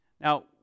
Now